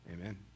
Amen